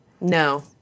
no